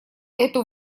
эту